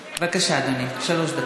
בבקשה, אדוני, שלוש דקות.